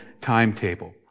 timetable